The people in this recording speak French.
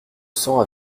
sang